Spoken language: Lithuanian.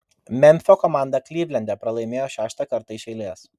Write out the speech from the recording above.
memfio komanda klivlende pralaimėjo šeštą kartą iš eilės